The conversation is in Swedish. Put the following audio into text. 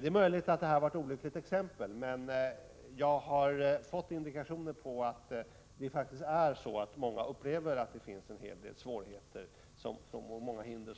Det är möjligt att det var ett olyckligt exempel, men jag har fått indikationer på att många faktiskt upplever en hel del svårigheter och hinder.